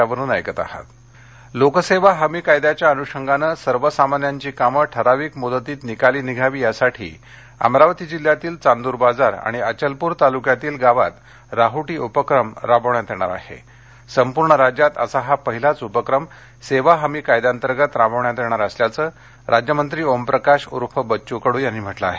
लोकसेवा हमी अमरावती लोकसेवा हमी कायद्याच्या अनूषंगानं सर्वसामान्यांची कामं ठराविक मुदतीत निकाली निघावी यासाठी अमरावती जिल्ह्यातील चांदूर बाजार आणि अचलप्र तालक्यातील गावांत राहटी उपक्रम राबवण्यात येणार आहे संपूर्ण राज्यात असा हा पहिलाच उपक्रम सेवा हमी कायद्या अंतर्गत राबविण्यात येणार असल्याचं राज्यमंत्री ओमप्रकाश ऊर्फ बच्चू कडू यांनी म्हटलं आहे